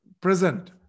present